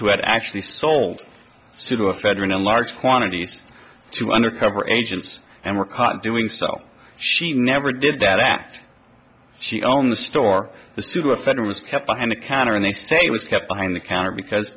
who had actually sold pseudoephedrine in large quantities to undercover agents and were caught doing so she never did that act she owned the store the sewer feder was kept behind the counter and they say it was kept behind the counter because